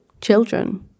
children